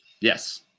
Yes